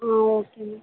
ah okay ma'am